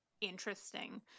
interesting